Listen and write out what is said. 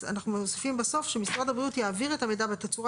אנחנו מוסיפים בסוף שמשרד הבריאות יעביר את המידע בתצורה